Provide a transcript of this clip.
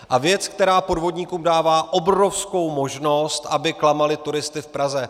A to věc, která podvodníkům dává obrovskou možnost, aby klamali turisty v Praze.